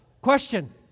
Question